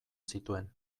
zituen